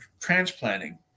transplanting